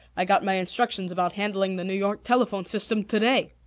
i got my instructions about handling the new york telephone system to-day.